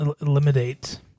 eliminate